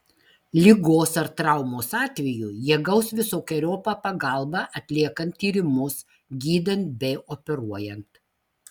ligos ar traumos atveju jie gaus visokeriopą pagalbą atliekant tyrimus gydant bei operuojant